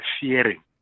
fearing